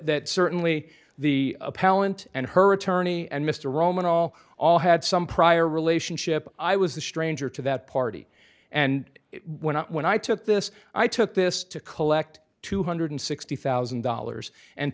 certainly the appellant and her attorney and mr romanov all had some prior relationship i was a stranger to that party and when i when i took this i took this to collect two hundred sixty thousand dollars and